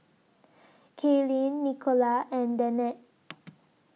Kaylynn Nicola and Danette